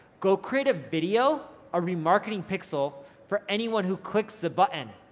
go create a video, a re-marketing pixel for anyone who clicks the button,